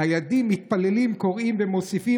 / הילדים מתפללים / קוראים ומוסיפים